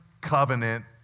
covenant